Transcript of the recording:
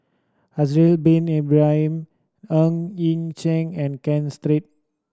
Haslir Bin Ibrahim Ng Yi Sheng and Ken Three